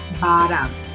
bottom